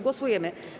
Głosujemy.